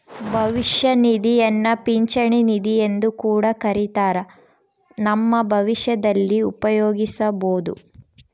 ಭವಿಷ್ಯ ನಿಧಿಯನ್ನ ಪಿಂಚಣಿ ನಿಧಿಯೆಂದು ಕೂಡ ಕರಿತ್ತಾರ, ನಮ್ಮ ಭವಿಷ್ಯದಲ್ಲಿ ಉಪಯೋಗಿಸಬೊದು